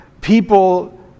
people